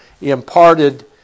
imparted